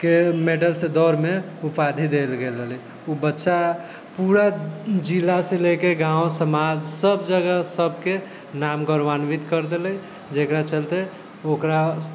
मेडलसँ दौड़मे उपाधि देल गेल रहलै ओ बच्चा पूरा जिलासँ लऽ कऽ गाँव समाजसब जगह सबके नाम गौरवान्वित करि देलै जकरा चलिते ओकरा